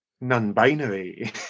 Non-binary